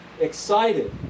excited